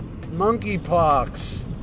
monkeypox